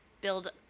build